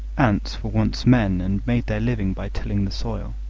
ants were once men and made their living by tilling the soil.